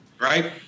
right